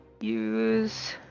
use